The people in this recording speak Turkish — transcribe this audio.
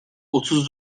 otuz